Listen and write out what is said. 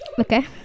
Okay